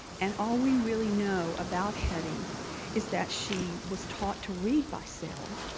and all we really know about hetty is that she was taught to read by sarah,